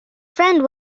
friend